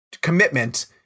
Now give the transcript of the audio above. commitment